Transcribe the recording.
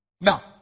now